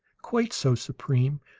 quite so, supreme.